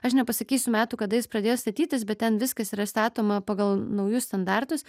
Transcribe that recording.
aš nepasakysiu metų kada jis pradėjo statytis bet ten viskas yra statoma pagal naujus standartus